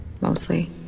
mostly